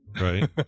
right